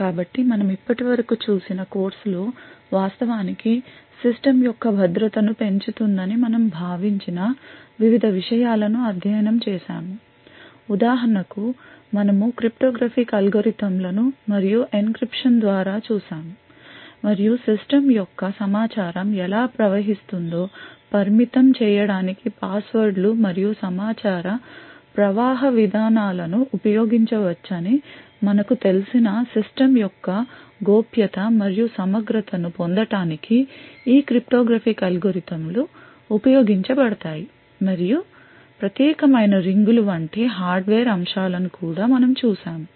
కాబట్టి మనం ఇప్పటి వరకు చూసిన కోర్సులో వాస్తవానికి సిస్టమ్ యొక్క భద్రతను పెంచుతుందని మనము భావించిన వివిధ విషయాలను అధ్యయనం చేసాము ఉదాహరణకు మనము క్రిప్టోగ్రాఫిక్ అల్గోరిథంలను మరియు ఎన్క్రిప్షన్ ద్వారా చూశాము మరియు సిస్టమ్ యొక్క సమాచారం ఎలా ప్రవహిస్తుందో పరిమితం చేయడానికి పాస్వర్డ్లు మరియు సమాచార ప్రవాహ విధానాల ను ఉపయోగించవచ్చని మనకు తెలిసిన సిస్టమ్ యొక్క గోప్యత మరియు సమగ్రతను పొందటానికి ఈ క్రిప్టోగ్రాఫిక్ అల్గోరిథంలు ఉపయోగించబడతాయి మరియు ప్రత్యేకమైన రింగు లు వంటి హార్డ్వేర్ అంశాలను కూడా మనము చూశాము